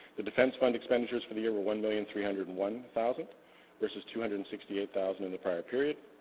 the defense fund expenditures for the other one and three hundred and one thousand versus two hundred and sixty eight thousand in the prior period